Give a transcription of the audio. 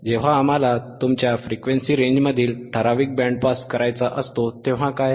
जेव्हा आम्हाला तुमच्या फ्रिक्वेन्सी रेंजमधील ठराविक बँड पास करायचा असतो तेव्हा काय